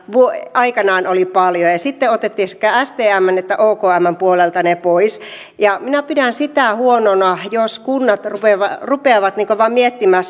aikanaan paljon ja sitten otettiin sekä stmn että okmn puolelta ne pois että minä pidän sitä huonona jos kunnat rupeavat rupeavat vain miettimään